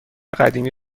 قدیمی